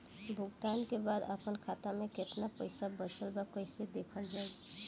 भुगतान के बाद आपन खाता में केतना पैसा बचल ब कइसे देखल जाइ?